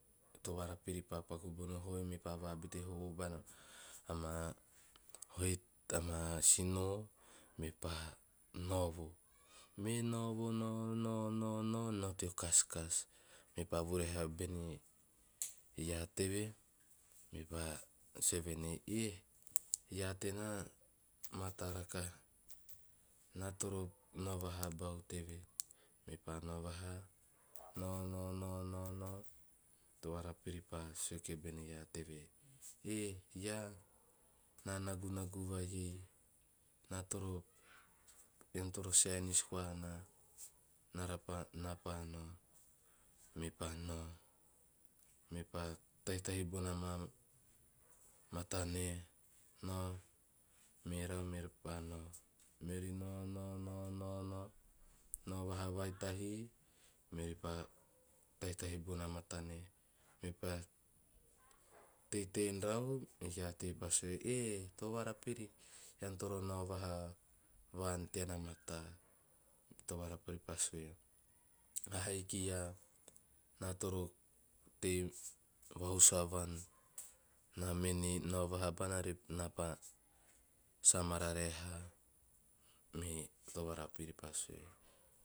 Tovapiri pa paku bona hoi mepaa vaobete hovo bona ama sinoo mepaa naovo, mee naovo nao- nao tea kaskas. Mepa vurahe bene e iaa teve mepaa sue venei, "eh iaa tena mataa rakaha na toro nao vahubau teve." Mepa nao vaha nao- nao, torarapiri pa sue kibene iaa teve, "eh iaa ma nagunagu vai ei na toro, ean toro saenis koa naa naaiepa nao." Mepa nao mepa tahitahi bona ma mata nae, nao merau mepri pa nao- nao vahaaa vai tahi meori paa tahitahi bona ma mata nae. Meori teitei en rau me iaa teve pa sue, "eh torarapiri ean toro nao kaha vaan tean a mata." Torarapiri pa sue, "ahiki iaa na toro tei vahusuavan. Na mene nao vaha bana narepa sa mararae haa." Me torarapiripi pa sue